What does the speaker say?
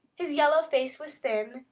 his yellow face was thin,